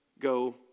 Go